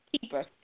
keeper